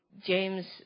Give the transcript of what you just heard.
James